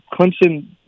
Clemson